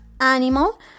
animal